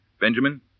Benjamin